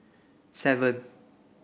seven